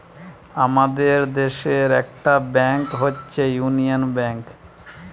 আমাদের দেশের একটা ব্যাংক হচ্ছে ইউনিয়ান ব্যাঙ্ক